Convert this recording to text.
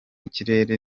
kirere